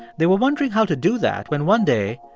they were wondering how to do that when one day,